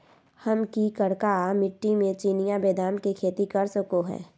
हम की करका मिट्टी में चिनिया बेदाम के खेती कर सको है?